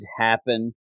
happen